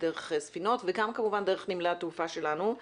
דרך ספינות וגם כמובן דרך נמלי התעופה שלנו.